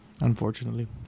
Unfortunately